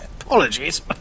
Apologies